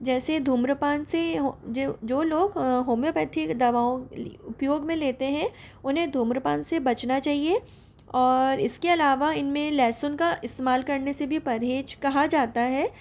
जैसे धूम्रपान से जो जो लोग होम्योपैथिक दवा उपयोग में लेते हैं उन्हें धूम्रपान से बचना चाहिए और इसके अलावा इन में लहसुन का इस्तेमाल करने से भी परहेज़ कहा जाता है